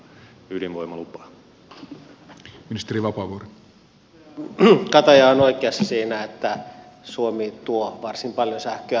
edustaja kataja on oikeassa siinä että suomi tuo varsin paljon sähköä